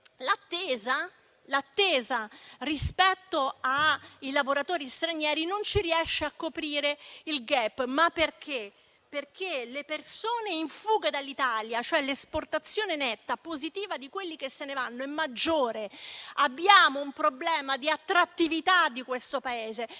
l'attesa di lavoratori stranieri non riesce a coprire il *gap*, a causa delle persone in fuga dall'Italia: cioè l'esportazione netta positiva di quelli che se ne vanno è maggiore. Abbiamo un problema di attrattività di questo Paese